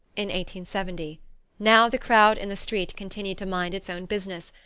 in one seventy now the crowd in the street continued to mind its own business,